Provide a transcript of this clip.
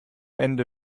ende